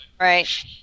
Right